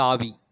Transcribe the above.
தாவி